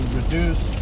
reduce